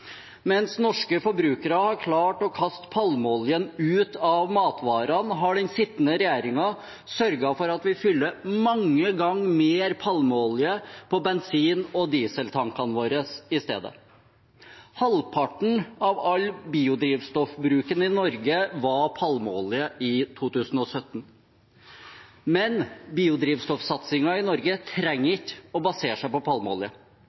Mens norske forbrukere har klart å kaste palmeoljen ut av matvarene, har den sittende regjeringen sørget for at vi fyller mange ganger mer palmeolje på bensin- og dieseltankene våre i stedet. Halvparten av all biodrivstoffbruken i Norge i 2017 var palmeolje. Men biodrivstoffsatsingen i Norge trenger ikke å basere seg på palmeolje.